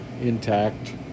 intact